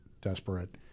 desperate